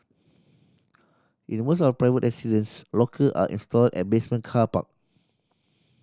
in most of private residences locker are installed at basement car park